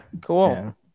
Cool